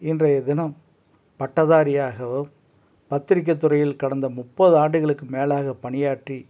இன்றைய தினம் பட்டதாரியாகவும் பத்திரிக்கைத்துறையில் கடந்த முப்பது ஆண்டுகளுக்கு மேலாக பணியாற்றி